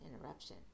interruption